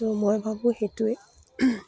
ত' মই ভাবোঁ সেইটোৱে